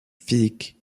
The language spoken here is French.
physique